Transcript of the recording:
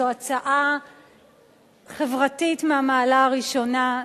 זו הצעה חברתית מהמעלה הראשונה,